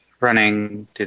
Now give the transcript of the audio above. running